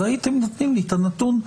הייתם נותנים לי את הנתון.